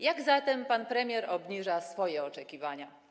Jak zatem pan premier obniża swoje oczekiwania?